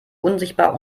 unsichtbar